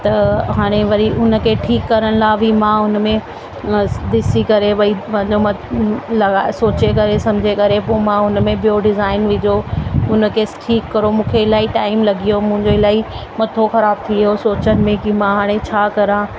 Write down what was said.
त हाणे वरी उन खे ठीकु करण लाइ बि मां उन में ॾिसी करे भई पंहिंजो लॻाए सोचे करे सम्झे करे पोइ मां हुन में ॿियों डिज़ाइन विधो उन खे ठीकु कयो मूंखे इलाही टाइम लॻी वियो मुंहिंजो इलाही मथो ख़राब थी वियो सोचण में की मां हाणे छा कयां